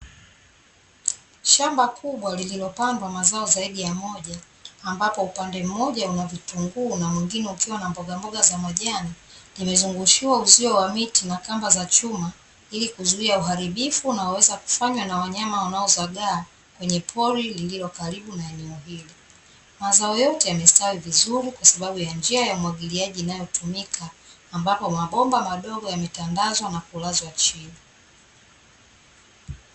Shamba kubwa lililopandwa mazao zaidi ya moja ambapo upande mmoja una vitunguu na wengine ukiwa na mboga mboga za majani zimezungushwa uzio wa miti na kamba za chuma ili kuzuia uharibifu unaoweza kufanywa na wanyama wanaosagaa kwenye pori lililo karibu na eneo hili, mazao yote yamestawi vizuri kwa sababu ya njia ya umwagiliaji inayotumika ambapo mabomba madogo yametandazwa na kulazwa chini.